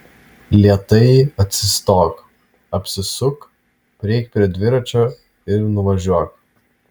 lėtai atsistok apsisuk prieik prie dviračio ir nuvažiuok